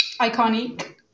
Iconic